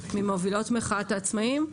ממובילות מחאת העצמאיים.